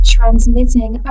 Transmitting